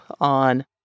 on